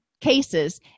cases